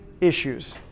issues